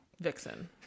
Vixen